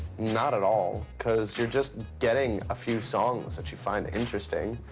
not at all, cause you're just getting a few songs that you find interesting.